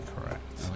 correct